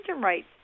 rights